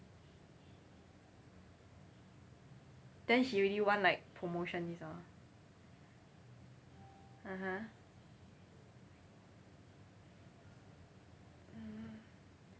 then he already want like promotion all these hor (uh huh) mm